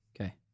Okay